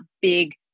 big